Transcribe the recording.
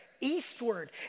eastward